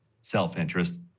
self-interest